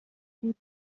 بود